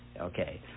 okay